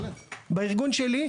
בארגון שלי,